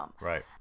Right